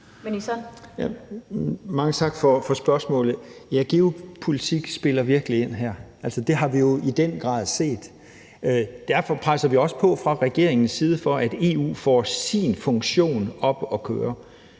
Mortensen): Mange tak for spørgsmålet. Geopolitik spiller virkelig ind her, altså, det har vi jo i den grad set. Derfor presser vi fra regeringens side også på for, at EU får sin funktion op at køre.